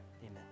amen